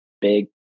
big